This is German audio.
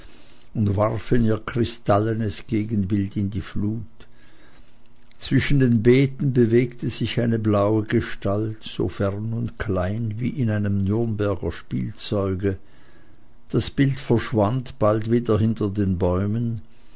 und warfen ihr kristallenes gegenbild in die flut zwischen den beeten bewegte sich eine blaue gestalt so fern und klein wie in einem nürnberger spielzeuge das bild verschwand wieder hinter den bäumen